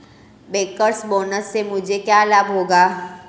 Bankers bonus से मुझे क्या लाभ होगा?